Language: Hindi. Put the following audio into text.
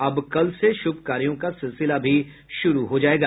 अब कल से शुभ कार्यो का सिलसिला भी शुरू हो जायेगा